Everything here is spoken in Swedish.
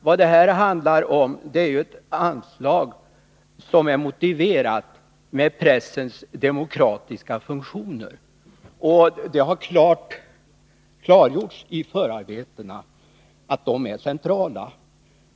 Vad det handlar om är ett anslag som är motiverat av pressens demokratiska funktioner. Det har klargjorts i förarbetena att de är centrala.